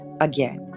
again